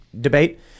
debate